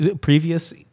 previous